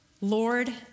Lord